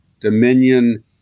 Dominion